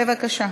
בבקשה.